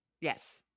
yes